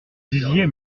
disiez